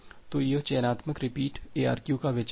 तो यह चयनात्मक रिपीट ARQ का विचार है